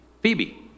Phoebe